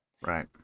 Right